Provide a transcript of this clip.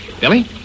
Billy